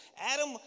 Adam